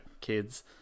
kids